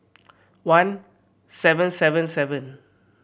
one seven seven seven